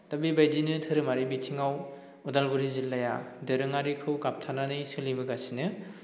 दा बेबायदिनो धोरोमारि बिथिङाव उदालगुरि जिल्लाया दोरोङारिखौ गाबथानानै सोलिबोगासिनो